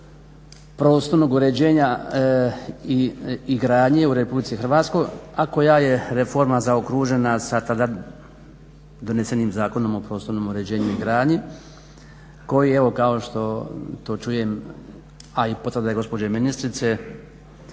prostornog uređenja i gradnje u RH a koja je reforma zaokružena sa tada donesenim Zakonom o prostornom uređenju i gradnji koji evo kao što to čujem, a i potvrda je gospođe ministrice